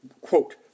Quote